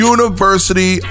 University